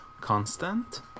Constant